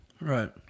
Right